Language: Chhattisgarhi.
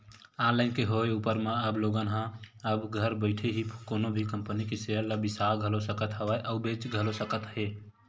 ऑनलाईन के होय ऊपर म अब लोगन ह अब घर बइठे ही कोनो भी कंपनी के सेयर ल बिसा घलो सकत हवय अउ बेंच घलो सकत हे